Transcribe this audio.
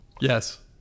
Yes